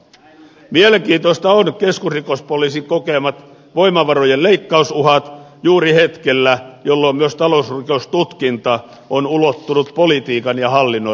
mielenkiintoisia ovat keskusrikospoliisin kokemat voimavarojen leikkausuhat juuri hetkellä jolloin myös talousrikostutkinta on ulottunut politiikan ja hallinnon rakenteisiin